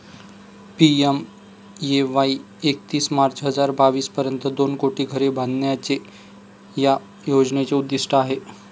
PMAY एकतीस मार्च हजार बावीस पर्यंत दोन कोटी घरे बांधण्याचे या योजनेचे उद्दिष्ट आहे